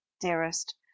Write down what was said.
dearest